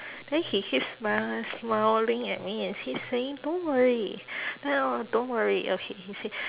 then he keep smil~ smiling at me and he's saying don't worry ya don't worry okay he say